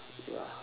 ya